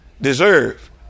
deserve